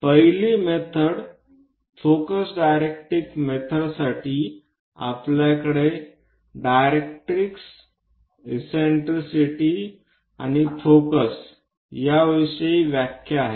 पहिली पद्धत फोकस आणि डायरेक्ट्रिक्स मेथडिटीसाठी आपल्याकडे डायरेक्ट्रिक्स इससेन्ट्रिसिटी आणि फोकस याविषयी व्याख्या आहे